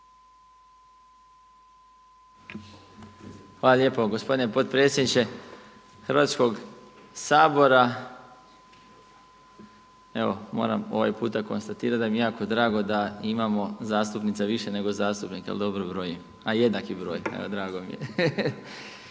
Hvala lijepo gospodine potporedsjedniče Hrvatskog sabora. Evo moram ovaj puta konstatirati da mi je jako drago da imamo zastupnica više nego zastupnika, ako dobro brojim. A jednak je broj? Evo drago mi je.